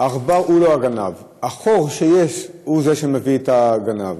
העכבר הוא לא הגנב, החור שיש הוא שמביא את הגנב.